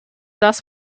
das